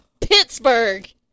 Pittsburgh